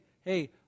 hey